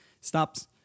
stops